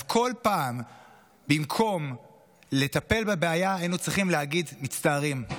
אז במקום לטפל בבעיה היינו צריכים להגיד בכל פעם: מצטערים,